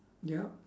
yup